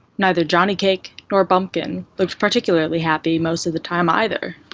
neither johnnycake nor bumpkin looked particularly happy most of the time either.